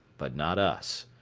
but not us.